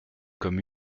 comme